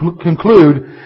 conclude